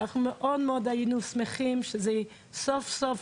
אנחנו מאוד מאוד היינו שמחים שזה יהיה סוף סוף.